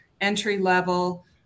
entry-level